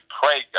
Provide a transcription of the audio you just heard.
pray